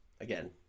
Again